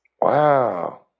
Wow